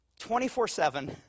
24-7